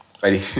Ready